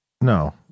No